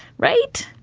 right.